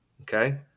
Okay